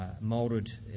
moulded